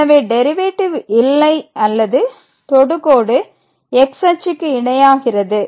எனவே டெரிவேட்டிவ் இல்லை அல்லது தொடுகோடு x அச்சுக்கு இணையாகிறது